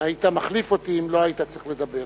היית מחליף אותי אם לא היית צריך לדבר.